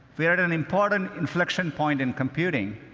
we're at an important inflection point in computing.